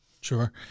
Sure